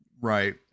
Right